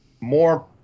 more